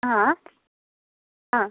ആ ആ